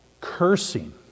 cursing